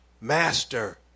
Master